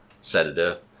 sedative